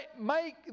make